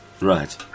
Right